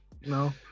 No